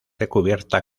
recubierta